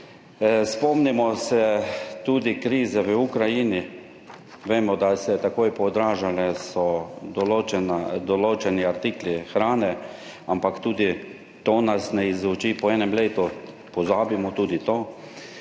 Spomnimo se tudi krize v Ukrajini, vemo, da se je takoj, podražile so določeni, določeni artikli hrane, ampak tudi to nas ne izuči, po enem letu pozabimo tudi to.